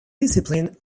discipline